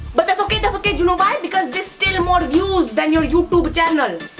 but that's okay, that's okay, you know why? because this still more views than your youtube channel.